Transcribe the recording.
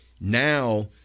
now